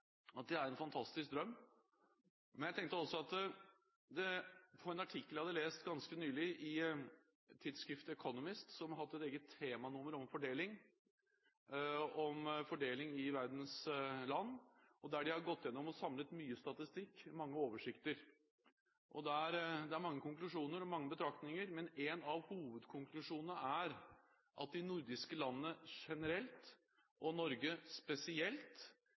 at det er en fantastisk drøm. Men jeg tenkte også på en artikkel jeg hadde lest ganske nylig i tidsskriftet The Economist, som har hatt et eget temanummer om fordeling i verdens land, der de har gått igjennom og samlet mye statistikk og mange oversikter. I artikkelen er det mange konklusjoner og mange betraktninger, men en av hovedkonklusjonene er at de nordiske landene generelt, og Norge spesielt,